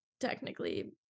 technically